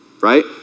Right